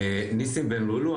ניסים בן לולו,